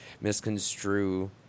misconstrue